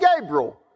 Gabriel